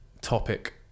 topic